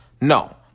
no